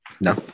No